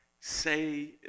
say